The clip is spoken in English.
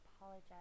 apologize